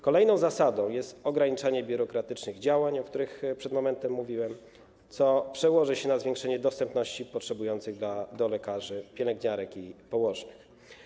Kolejną zasadą jest ograniczanie biurokratycznych działań, o których przed momentem mówiłem, co przełoży się na zwiększenie w przypadku potrzebujących dostępu do lekarzy, pielęgniarek i położnych.